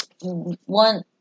one